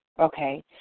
Okay